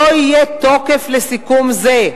לא יהיה תוקף לסיכום זה,